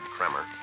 Kremer